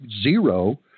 zero